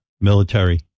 military